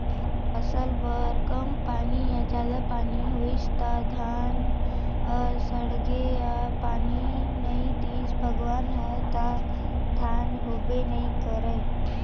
फसल बर कम पानी या जादा पानी होइस त धान ह सड़गे या पानी नइ दिस भगवान ह त धान होबे नइ करय